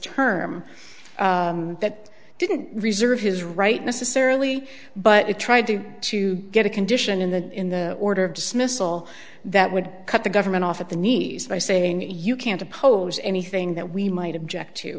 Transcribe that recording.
term that didn't reserve his right necessarily but it tried to to get a condition in the in the order of dismissal that would cut the government off at the knees by saying you can't oppose anything that we might object to